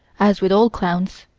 as with all clowns,